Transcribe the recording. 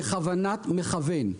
בכוונת מכוון,